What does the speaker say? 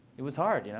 it was hard, you know?